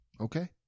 Okay